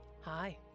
hi